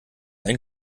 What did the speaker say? ein